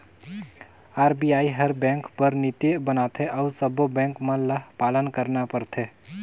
RBI हर bank बर नीति बनाथे अउ सब्बों बेंक मन ल पालन करना परथे